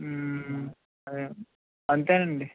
అంతే అండి